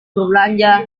berbelanja